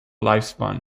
lifespan